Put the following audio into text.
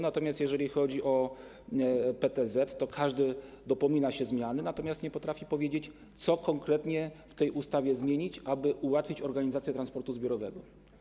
Natomiast jeżeli chodzi o PTZ, to każdy dopomina się zmiany, ale nie potrafi powiedzieć, co konkretnie w tej ustawie zmienić, aby ułatwić organizację transportu zbiorowego.